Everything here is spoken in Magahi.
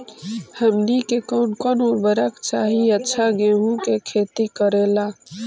हमनी के कौन कौन उर्वरक चाही अच्छा गेंहू के खेती करेला?